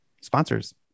sponsors